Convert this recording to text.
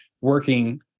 working